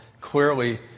Clearly